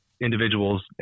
individuals